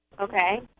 Okay